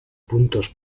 puntos